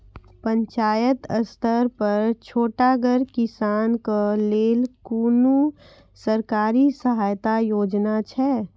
पंचायत स्तर पर छोटगर किसानक लेल कुनू सरकारी सहायता योजना छै?